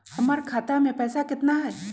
हमर खाता मे पैसा केतना है?